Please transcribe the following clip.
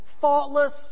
faultless